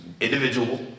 individual